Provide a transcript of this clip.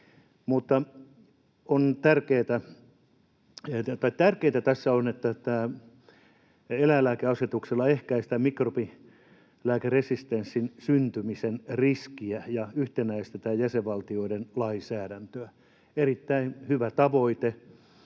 tärkeintä tässä on, että eläinlääkeasetuksella ehkäistään mikrobilääkeresistenssin syntymisen riskiä ja yhtenäistetään jäsenvaltioiden lainsäädäntöä — erittäin hyvä tavoite.